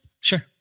sure